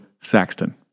Saxton